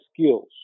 skills